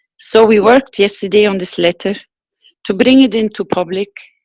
so, we worked yesterday on this letter to bring it into public,